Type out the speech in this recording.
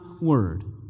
word